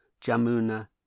Jamuna